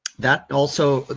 that also,